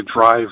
drive